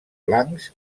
blancs